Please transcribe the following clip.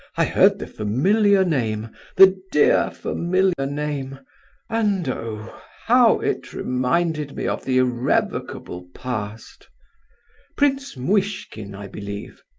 i heard the familiar name the dear familiar name and, oh! how it reminded me of the irrevocable past prince muishkin, i believe?